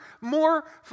more